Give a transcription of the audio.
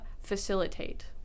facilitate